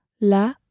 La